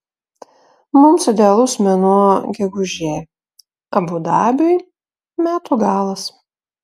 mums idealus mėnuo gegužė abu dabiui metų galas